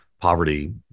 poverty